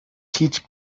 teach